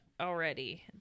already